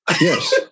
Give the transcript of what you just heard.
Yes